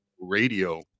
Radio